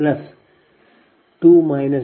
5 9